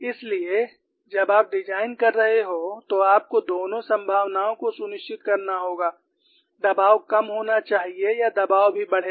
इसलिए जब आप डिजाइन कर रहे हों तो आपको दोनों संभावनाओं को सुनिश्चित करना होगा दबाव कम होना चाहिए या दबाव भी बढ़ेगा